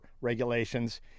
regulations